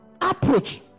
approach